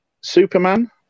Superman